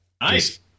Nice